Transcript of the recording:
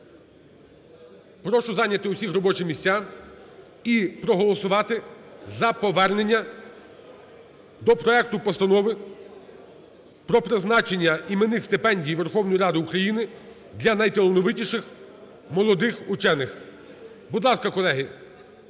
Прошу всіх зайняти робочі місця і проголосувати за повернення до проекту Постанови про призначення іменних стипендій Верховної Ради України для найталановитіших молодих учених. Будь ласка, колеги,